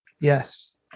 Yes